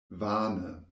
vane